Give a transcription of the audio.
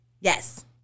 Yes